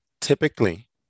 typically